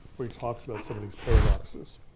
where he talks about some of these paradoxes.